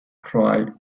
troy